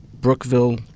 Brookville